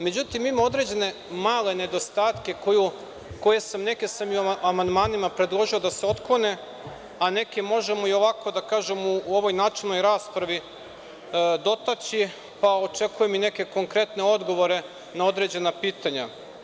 Međutim, ima određene male nedostatke, neke sam i amandmanima predložio da se otklone, a neke možemo i ovako, da kažem, u ovoj načelnoj raspravi dotaći, pa očekujem i neke konkretne odgovore na određena pitanja.